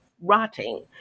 rotting